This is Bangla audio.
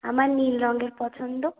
আমার নীল রঙের পছন্দ